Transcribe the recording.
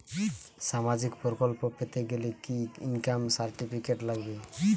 সামাজীক প্রকল্প পেতে গেলে কি ইনকাম সার্টিফিকেট লাগবে?